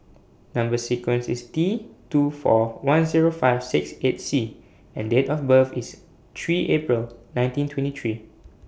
Number sequence IS T two four one Zero five six eight C and Date of birth IS three April nineteen twenty three